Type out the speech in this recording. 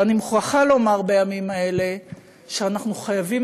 ואני מוכרחה לומר בימים האלה שאנחנו חייבים